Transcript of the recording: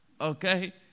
okay